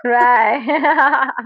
Right